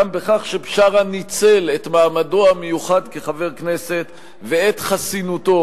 גם בכך שבשארה ניצל את מעמדו המיוחד כחבר הכנסת ואת חסינותו